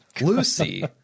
Lucy